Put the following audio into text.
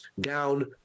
down